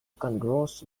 kangaroos